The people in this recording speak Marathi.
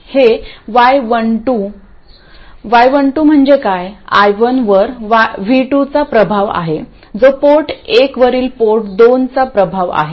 हे y12 y12 म्हणजे काय i1 वर v2 चा प्रभाव आहे जो पोर्ट एकवरील पोर्ट दोनचा प्रभाव आहे